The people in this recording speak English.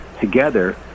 together